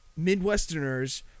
Midwesterners